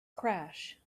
crash